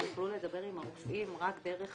שהם יוכלו לדבר עם הרופאים רק דרך